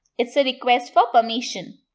it's a request for permissions.